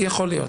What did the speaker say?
יכול להיות.